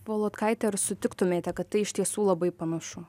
volodkaite ar sutiktumėte kad tai iš tiesų labai panašu